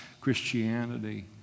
Christianity